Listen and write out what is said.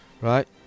right